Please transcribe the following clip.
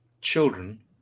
children